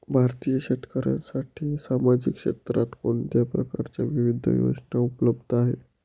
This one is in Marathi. भारतीय शेतकऱ्यांसाठी सामाजिक क्षेत्रात कोणत्या प्रकारच्या विविध योजना उपलब्ध आहेत?